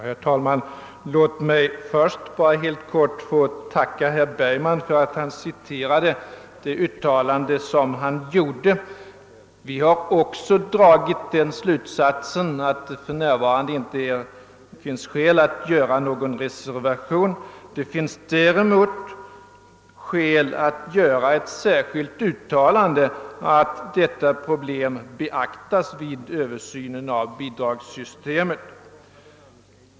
Herr talman! Låt mig först helt kort få tacka herr Bergman för att han citerade det uttalande i statsverkspropositionen som han gjorde. Vi har också därav dragit den slutsatsen att det för närvarande inte finns skäl att göra någon reservation men däremot ett särskilt yttrande som betonar att problemet bör beaktas vid översynen av bidragssystemet.